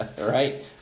right